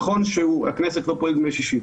נכון שהכנסת לא פועלת ביום שישי,